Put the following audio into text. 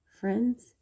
friends